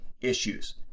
issues